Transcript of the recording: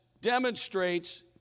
demonstrates